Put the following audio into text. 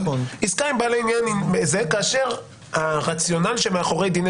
אבל עסקה עם בעלי עניין כאשר הרציונל שמאחורי דיני